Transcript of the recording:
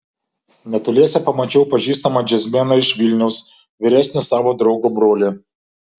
netoliese pamačiau pažįstamą džiazmeną iš vilniaus vyresnį savo draugo brolį